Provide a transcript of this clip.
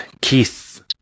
Keith